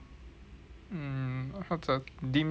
mm 或者 dimsum